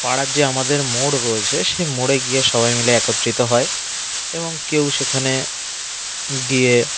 পাড়ার যে আমাদের মোড় রয়েছে সেই মোড়ে গিয়ে সবাই মিলে একত্রিত হয় এবং কেউ সেখানে গিয়ে